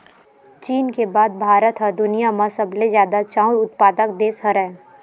चीन के बाद भारत ह दुनिया म सबले जादा चाँउर उत्पादक देस हरय